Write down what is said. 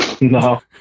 No